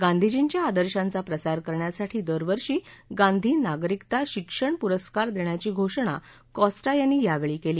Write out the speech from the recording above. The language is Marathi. गांधींजींच्या आदर्शांचा प्रसार करण्यासाठी दरवर्षी गांधी नागरिकता शिक्षण पुरस्कार देण्याची घोषणा कॉस्टा यांनी यावेळी केली